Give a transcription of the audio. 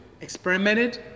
experimented